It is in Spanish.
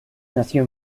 nació